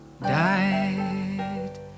died